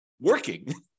working